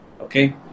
Okay